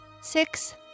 six